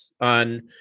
on